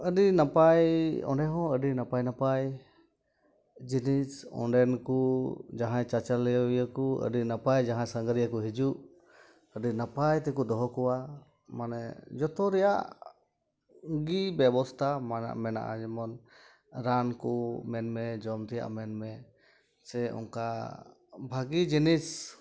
ᱟᱹᱰᱤ ᱱᱟᱯᱟᱭ ᱚᱸᱰᱮ ᱦᱚᱸ ᱟᱹᱰᱤ ᱱᱟᱯᱟᱭ ᱱᱟᱯᱟᱭ ᱡᱤᱱᱤᱥ ᱚᱸᱰᱮᱱ ᱠᱚ ᱡᱟᱦᱟᱸᱭ ᱪᱟᱪᱞᱟᱣᱤᱭᱟᱹᱠᱚ ᱟᱹᱰᱤ ᱱᱟᱯᱟᱭ ᱡᱟᱦᱟᱸᱭ ᱥᱟᱸᱜᱷᱟᱹᱨᱤᱭᱟᱹ ᱠᱚ ᱦᱤᱡᱩᱜ ᱟᱹᱰᱤ ᱱᱟᱯᱟᱭ ᱛᱮᱠᱚ ᱫᱚᱦᱚ ᱠᱚᱣᱟ ᱢᱟᱱᱮ ᱡᱚᱛᱚ ᱨᱮᱭᱟᱜ ᱜᱮ ᱵᱮᱵᱚᱥᱛᱟ ᱢᱟᱱᱟ ᱢᱮᱱᱟᱜᱼᱟ ᱡᱮᱢᱚᱱ ᱨᱟᱱ ᱠᱚ ᱢᱮᱱᱢᱮ ᱡᱚᱢ ᱛᱮᱭᱟᱜ ᱢᱮᱱᱢᱮ ᱥᱮ ᱚᱱᱠᱟ ᱵᱷᱟᱹᱜᱤ ᱡᱤᱱᱤᱥ